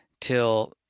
till